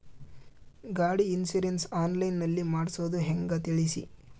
ಗಾಡಿ insurance online ನಲ್ಲಿ ಮಾಡ್ಸೋದು ಹೆಂಗ ತಿಳಿಸಿ?